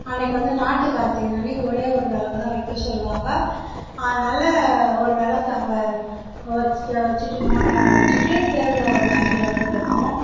அன்னிக்கி வந்து நாட்டுக் கார்த்திகை அன்னிக்கி ஒரே ஒரு விளக்குதான் வைக்க சொல்வாங்க அதனால ஒரு விளக்கு அங்கே வச்சுட்டு வச்சுட்டு மோட்டறாண்ட வச்சுட்டு தெருவில் ஒரு அஞ்சு விளக்கு வைப்போம்